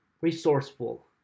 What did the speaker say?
resourceful